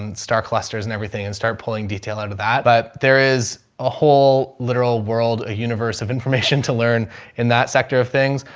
and star clusters and everything and start pulling detail out of that. but there is a whole literal world, a universe of information to learn in that sector of things.